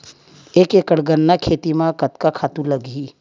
एक एकड़ गन्ना के खेती म कतका खातु लगही?